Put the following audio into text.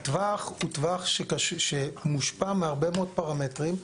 הטווח הוא טווח שמושפע מהרבה מאוד פרמטרים,